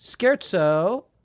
Scherzo